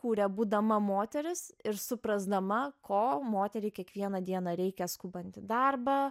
kūrė būdama moteris ir suprasdama ko moteriai kiekvieną dieną reikia skubant į darbą